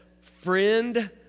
friend